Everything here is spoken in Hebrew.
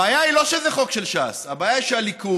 הבעיה היא לא שזה חוק של ש"ס, הבעיה היא שהליכוד,